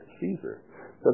Caesar